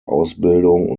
ausbildung